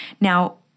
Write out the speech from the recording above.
Now